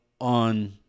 on